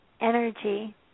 energy